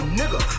nigga